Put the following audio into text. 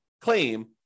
claim